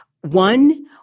One